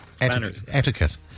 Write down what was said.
etiquette